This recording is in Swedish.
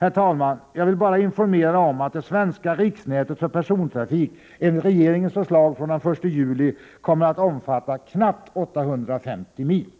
Herr talman! Jag vill bara informera om att det svenska riksnätet för persontrafik enligt regeringens förslag från den 1 juli kommer att omfatta knappt 850 mil.